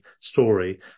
story